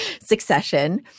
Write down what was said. Succession